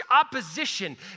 opposition